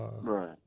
right